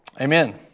amen